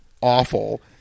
awful